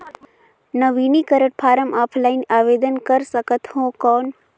नवीनीकरण form offline आवेदन कर सकत हो कौन?